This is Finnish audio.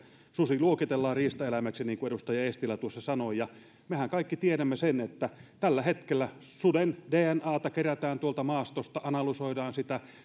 susi luokitellaan riistaeläimeksi niin kuin edustaja eestilä tuossa sanoi ja mehän kaikki tiedämme sen että tällä hetkellä suden dnata kerätään tuolta maastosta analysoidaan sitä